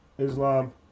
Islam